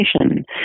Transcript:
education